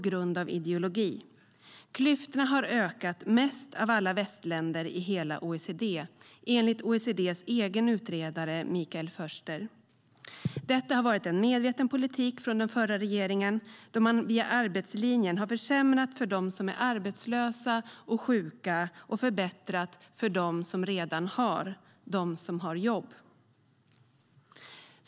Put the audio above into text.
Sverige har fått mest ökade klyftor av alla västländer i hela OECD, enligt OECD:s egen utredare Michael Förster. Detta har varit en medveten politik från den förra regeringen. Via arbetslinjen har man försämrat för dem som är arbetslösa och sjuka och förbättrat för dem som redan har, för dem som har jobb.